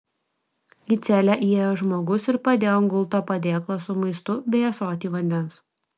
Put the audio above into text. į celę įėjo žmogus ir padėjo ant gulto padėklą su maistu bei ąsotį vandens